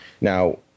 Now